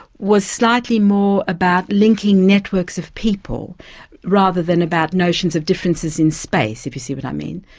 was slightly more about linking networks of people rather than about notions of differences in space, if you see what i mean.